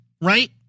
right